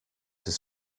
his